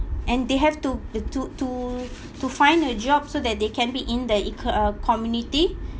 and they have to the to to to find a job so that they can be in the eco~ uh community